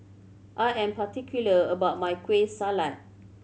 I am particular about my Kueh Salat